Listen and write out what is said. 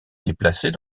déplacés